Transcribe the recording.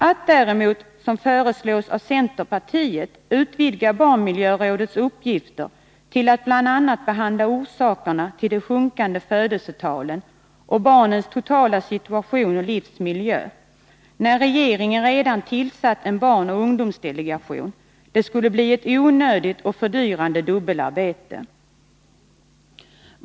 Att däremot, som föreslås av centerpartiet, utvidga barnmiljörådets uppgifter till att bl.a. också behandla orsakerna till de sjunkande födelsetalen och barnens totala situation och livsmiljö, när regeringen redan tillsatt en barnoch ungdomsdelegation, skulle bli ett onödigt och fördyrande dubbelarbete.